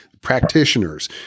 practitioners